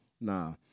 Nah